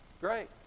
Great